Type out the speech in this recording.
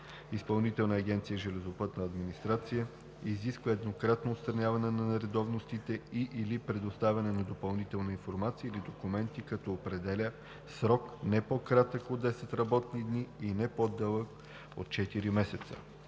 Изпълнителна агенция „Железопътна администрация“ изисква еднократно отстраняване на нередовностите и/или предоставяне на допълнителна информация или документи, като определя срок, не по-кратък от 10 работни дни и не по-дълъг от четири месеца.